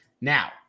Now